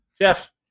Jeff